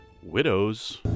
Widows